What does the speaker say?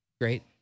great